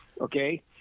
okay